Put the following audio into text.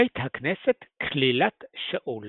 בית הכנסת כלילת שאול